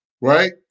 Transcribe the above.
right